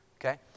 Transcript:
okay